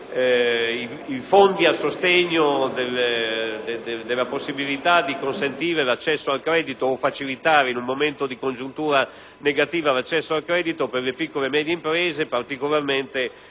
i fondi a sostegno della possibilità di consentire l'accesso al credito o di facilitare, in un momento di congiuntura negativa, l'accesso al credito per le piccole e medie imprese, particolarmente per